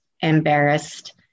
embarrassed